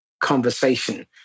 conversation